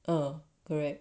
mm correct